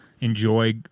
enjoy